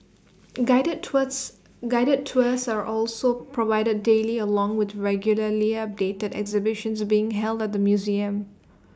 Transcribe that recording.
guided tours guided tours are also provided daily along with regularly updated exhibitions being held at the museum